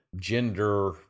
gender